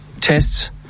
tests